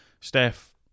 Steph